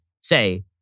say